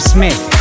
Smith